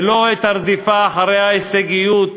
ולא את הרדיפה אחרי ההישגיות,